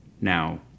now